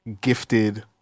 gifted